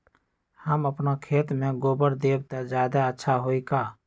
हम अपना खेत में गोबर देब त ज्यादा अच्छा होई का?